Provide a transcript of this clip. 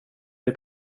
dig